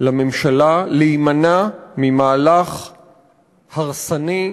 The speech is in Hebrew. לממשלה להימנע ממהלך הרסני,